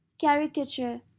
caricature